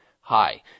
Hi